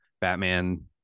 Batman